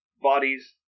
bodies